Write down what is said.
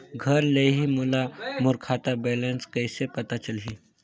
घर ले ही मोला मोर खाता के बैलेंस कइसे पता चलही?